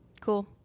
cool